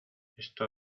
esto